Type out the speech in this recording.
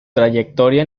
trayectoria